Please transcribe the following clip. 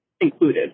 included